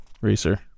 racer